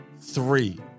three